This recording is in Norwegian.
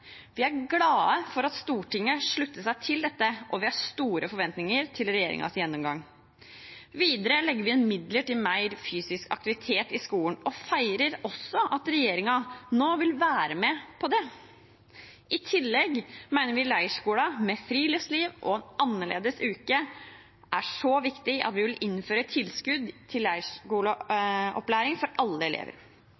Vi er glade for at Stortinget sluttet seg til dette, og vi har store forventninger til regjeringens gjennomgang. Videre legger vi inn midler til mer fysisk aktivitet i skolen og feirer også at regjeringen nå vil være med på det. I tillegg mener vi leirskole med friluftsliv og en annerledes uke er så viktig at vi vil innføre et tilskudd til